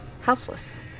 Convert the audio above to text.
houseless